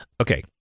Okay